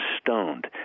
stoned